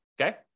okay